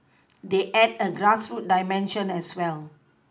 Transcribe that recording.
they add a grassroots dimension as well